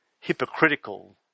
hypocritical